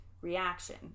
reaction